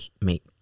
make